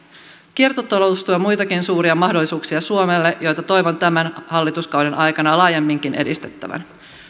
kiertotalous tuo suomelle muitakin suuria mahdollisuuksia joita toivon tämän hallituskauden aikana laajemminkin edistettävän